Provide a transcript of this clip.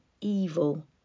evil